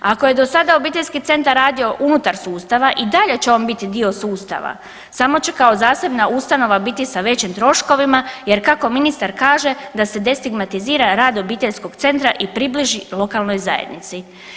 Ako je do sada obiteljski centar radio unutar sustava i dalje će on biti dio sustava samo će kao zasebna ustanova biti sa većim troškovima jer kako ministar kaže da se destigmatizira rad obiteljskog centra i približi lokalnoj zajednici.